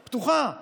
כרגע,